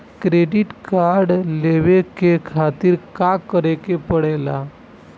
Credit card लेवे के खातिर का करेके पड़ेला?